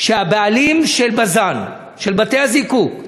שהבעלים של בז"ן, של בתי-הזיקוק,